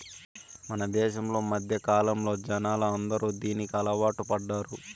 మన దేశంలో మధ్యకాలంలో జనాలు అందరూ దీనికి అలవాటు పడ్డారు